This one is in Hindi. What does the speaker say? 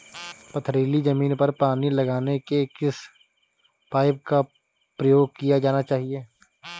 पथरीली ज़मीन पर पानी लगाने के किस पाइप का प्रयोग किया जाना चाहिए?